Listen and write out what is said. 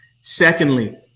secondly